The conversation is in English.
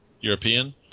European